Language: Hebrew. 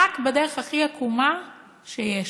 רק בדרך הכי עקומה שיש.